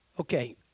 Okay